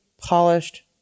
polished